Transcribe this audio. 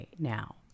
Now